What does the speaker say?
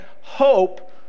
Hope